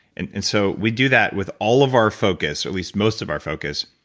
and and so, we do that with all of our focus, at least most of our focus,